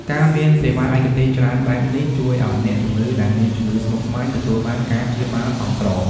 ការមានសេវាឯកទេសច្រើនបែបនេះ ជួយឱ្យអ្នកជំងឺដែលមានជំងឺស្មុគស្មាញទទួលបានការព្យាបាលសមស្រប។